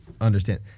understand